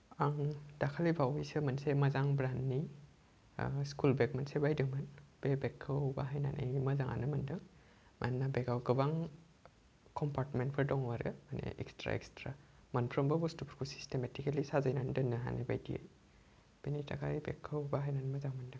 आं दाखालि बावैसो मोनसे मोजां ब्रेन्डनि ओ स्कुल बेग मोनसे बायदोंमोन बे बेगखौ बाहायनानै मोजाङानो मोन्दों मानोना बेगाव गोबां कम्पार्टमेन्टफोर दङ आरो माने एक्सट्रा एक्सट्रा मोनफ्रोमबो बुस्तुफोरखौ सिस्टेमेटिकेलि साजायनानै दोननो हानाय बायदियै बिनि थाखाय बेगखौ बाहायनानै मोजां मोन्दों